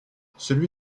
celui